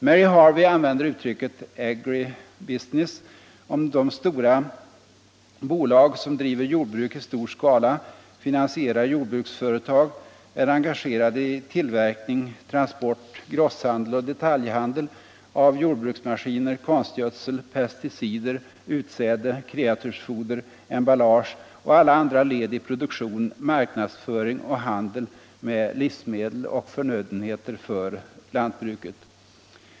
Mary Harvey använder uttrycket ”agribusiness” om de stora bolag som driver jordbruk i stor skala, finansierar jordbruksföretag, är engagerade i tillverkning, transport, grosshandel och detaljhandel av jordbruksmaskiner, konstgödsel, pesticider, utsäde, kreatursfoder, emballage och alla andra led i produktion, marknadsföring och handel med livsmedel och förnödenheter för lantbruket.